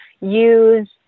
use